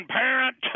parent